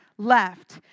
left